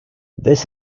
this